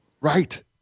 Right